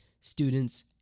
students